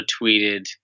tweeted